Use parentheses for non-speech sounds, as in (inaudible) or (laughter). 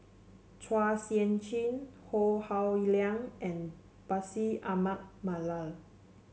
Chua Sian Chin (unintelligible) Howe Liang and Bashir Ahmad Mallal